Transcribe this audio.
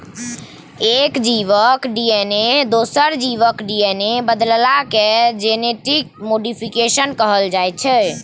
एक जीबक डी.एन.ए दोसर जीबक डी.एन.ए सँ बदलला केँ जेनेटिक मोडीफिकेशन कहल जाइ छै